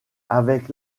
avec